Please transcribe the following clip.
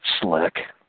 Slick